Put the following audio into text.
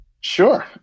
Sure